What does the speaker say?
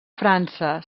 frança